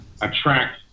attract